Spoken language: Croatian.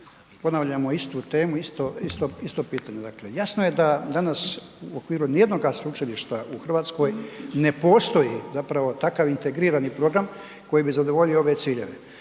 ponavljamo istu temu, isto pitanje. Jasno je da danas u okviru nijednoga sveučilišta u Hrvatskoj ne postoji zapravo takav integrirani program koji bi zadovoljio ove ciljeve.